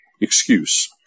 excuse